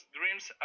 dreams